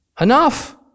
Enough